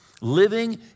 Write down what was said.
living